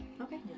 Okay